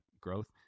growth